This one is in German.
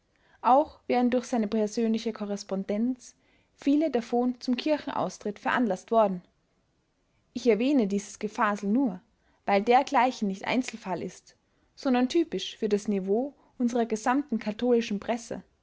auch wären durch seine persönliche korrespondenz viele davon zum kirchenaustritt veranlaßt worden ich erwähne dieses gefasel nur weil dergleichen nicht einzelfall ist sondern typisch für das niveau unserer gesamten katholischen presse